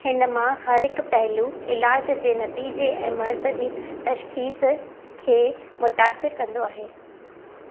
हिन मां हर हिकु पहलू ईलाज जे नतीजे ऐं मर्ज़ जी तशखीस खे मुतासिर कंदो आहे